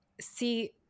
See